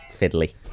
fiddly